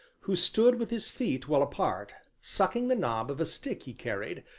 who stood with his feet well apart, sucking the knob of a stick he carried,